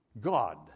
God